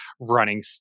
running